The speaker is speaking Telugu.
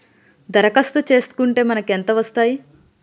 దరఖాస్తు చేస్కుంటే మనకి ఎంత వస్తాయి?